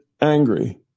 angry